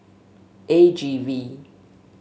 A G V